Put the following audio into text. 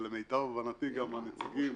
ולמיטב הבנתי גם הנציגים